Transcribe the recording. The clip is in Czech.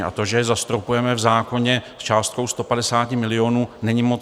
A to, že je zastropujeme v zákoně částkou 150 milionů, není moc.